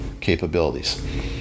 capabilities